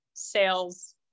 Sales